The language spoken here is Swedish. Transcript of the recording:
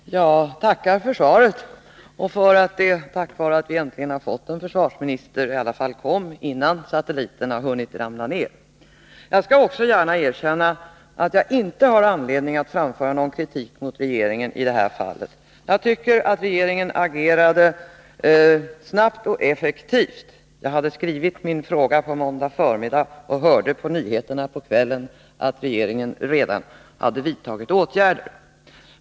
Herr talman! Jag tackar för svaret och för att det, tack vare att vi äntligen fått en försvarsminister, i alla fall kom innan satelliten hunnit ramla ned. Jag skall också gärna erkänna att jag inte har anledning att framföra någon kritik mot regeringen i det här fallet. Jag tycker att regeringen agerade snabbt och effektivt. Jag hade skrivit min fråga på måndag förmiddag och hörde på nyheterna på kvällen att regeringen redan hade vidtagit åtgärder.